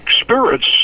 spirits